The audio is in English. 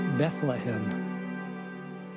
Bethlehem